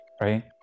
right